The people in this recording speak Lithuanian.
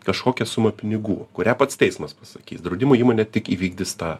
kažkokią sumą pinigų kurią pats teismas pasakys draudimo įmonė tik įvykdys tą